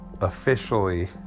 officially